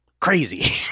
crazy